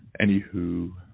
anywho